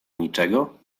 niczego